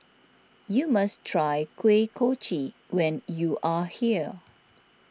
you must try Kuih Kochi when you are here